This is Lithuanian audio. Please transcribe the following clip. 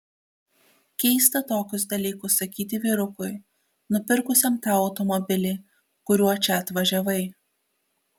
keista tokius dalykus sakyti vyrukui nupirkusiam tau automobilį kuriuo čia atvažiavai